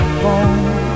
bone